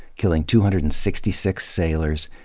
killing two hundred and sixty six sailors,